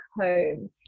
home